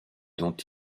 dont